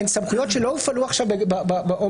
הן סמכויות שלא הופעלו עכשיו באומיקרון.